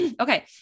Okay